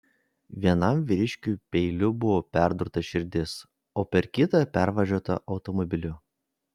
vienam vyriškiui peiliu buvo perdurta širdis o per kitą pervažiuota automobiliu